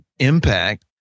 impact